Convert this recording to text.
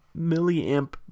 milliamp